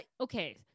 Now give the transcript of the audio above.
Okay